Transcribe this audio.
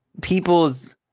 people's